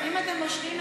אם אתם מושכים,